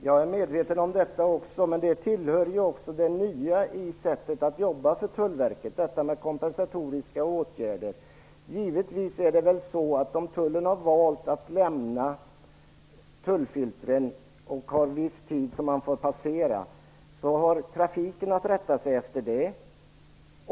Fru talman! Jag är också medveten om det, men till tullens nya sätt att jobba hör kompensatoriska åtgärder. Om tullen har valt att lämna tullfiltren och ange vissa tider då man får passera, har trafiken att rätta sig efter det.